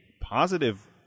positive